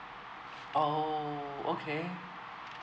orh okay